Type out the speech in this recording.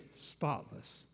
spotless